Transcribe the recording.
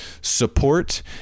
support